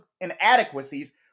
inadequacies